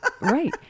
right